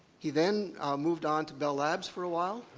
he then moved on to bell labs for a while,